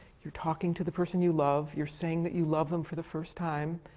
you're talking to the person you love. you're saying that you love them for the first time.